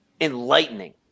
enlightening